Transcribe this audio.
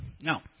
Now